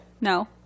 no